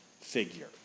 figure